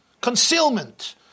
concealment